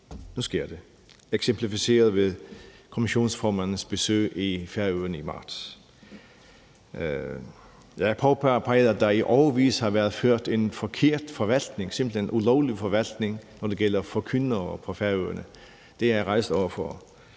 nu sker det, eksemplificeret ved kommissionsformandens besøg på Færøerne i marts. Jeg har påpeget, at der i årevis har været ført en forkert forvaltning, simpelt hen en ulovlig forvaltning, når det gælder forkyndere på Færøerne. Det har jeg rejst over for